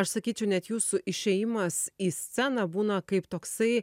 aš sakyčiau net jūsų išėjimas į sceną būna kaip toksai